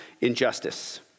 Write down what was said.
injustice